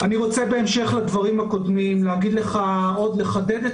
בהמשך לדברים הקודמים אני רוצה לחדד את